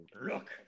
Look